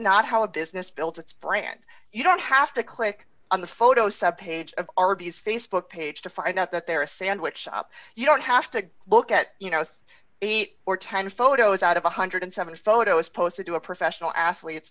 not how a business built its brand you don't have to click on the photo subpage of rbs facebook page to find out that they're a sandwich shop you don't have to look at you know eight or ten photos out of one hundred and seven photos posted to a professional athletes